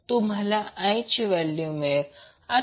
तुम्हाला I ची value मिळाली